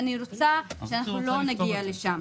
ואני רוצה שאנחנו לא נגיע לשם.